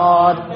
God